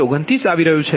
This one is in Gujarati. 29 આવી રહ્યું છે